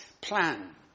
plan